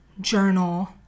journal